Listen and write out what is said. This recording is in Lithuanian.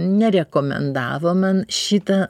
nerekomendavo man šitą